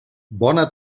bona